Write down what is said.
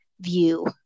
view